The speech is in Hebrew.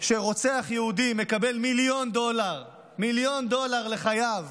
שרוצח יהודי מקבל מיליון דולר, מיליון דולר בחייו